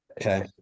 Okay